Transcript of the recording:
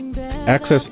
Access